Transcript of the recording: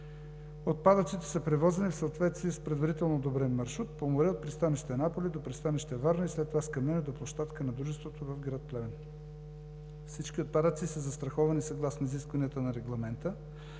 Отпадъците са превозени в съответствие с предварително одобрен маршрут по море от пристанище Неапол до пристанище Варна и след това с камиони до площадка на дружеството в град Плевен. Всички отпадъци са застраховани съгласно изискванията на Регламента.